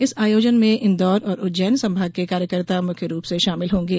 इस आयोजन में इंदौर और उज्जैन संभाग के कार्यकर्ता मुख्य रूप से शामिल होंगे